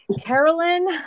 Carolyn